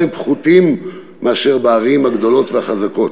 הן פחותות מאשר בערים הגדולות והחזקות.